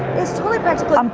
it's totally practical. um